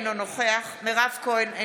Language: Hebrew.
אינו נוכח מירב כהן,